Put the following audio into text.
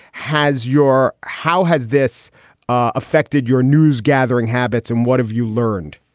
has your how has this affected your newsgathering habits and what have you learned?